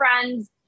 friends